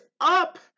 up